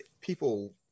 people